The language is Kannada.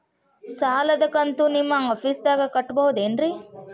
ಸಾಲದ ಕಂತು ನಿಮ್ಮ ಆಫೇಸ್ದಾಗ ಕಟ್ಟಬಹುದೇನ್ರಿ?